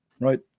right